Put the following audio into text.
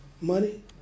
money